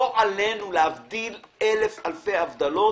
לא עלינו, להבדיל אלף אלפי הבדלות,